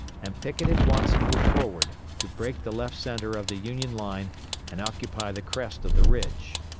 and pickett at once moved forward, to break the left centre of the union line and occupy the crest of the ridge.